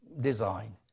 design